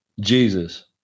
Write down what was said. Jesus